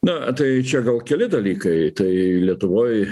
na tai čia gal keli dalykai tai lietuvoj